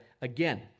again